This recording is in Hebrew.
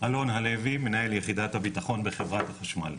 אלון הלוי מנהל יחידת הבטחון בחברת החשמל.